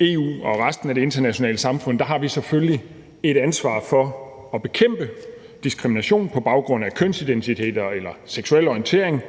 EU og resten af det internationale samfund har vi selvfølgelig et ansvar for at bekæmpe diskrimination på baggrund af kønsidentitet eller seksuel orientering.